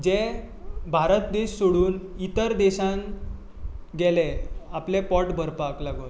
जे भारत देश सोडून इतर देशांत गेले आपले पोट भरपाक लागून